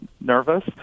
nervous